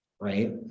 right